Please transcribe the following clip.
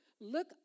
look